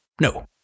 No